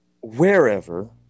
wherever